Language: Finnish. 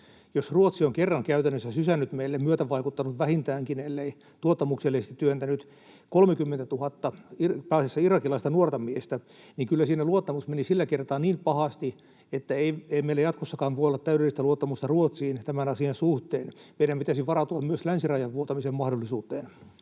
Jos Ruotsi on kerran käytännössä sysännyt meille — myötävaikuttanut vähintäänkin, ellei tuottamuksellisesti työntänyt — 30 000 pääasiassa irakilaista nuorta miestä, niin kyllä siinä luottamus meni sillä kertaa niin pahasti, että ei meillä jatkossakaan voi olla täydellistä luottamusta Ruotsiin tämän asian suhteen. Meidän pitäisi varautua myös länsirajan vuotamisen mahdollisuuteen.